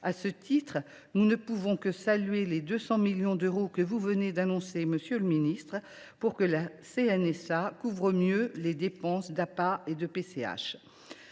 À ce titre, nous ne pouvons que saluer les 200 millions d’euros que vous venez d’annoncer, monsieur le ministre, pour que la CNSA couvre mieux leurs dépenses d’APA et de PCH.